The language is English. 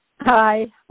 Hi